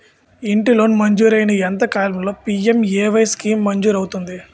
ఇంటి లోన్ మంజూరైన ఎంత కాలంలో పి.ఎం.ఎ.వై స్కీమ్ మంజూరు అవుతుంది?